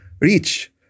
reach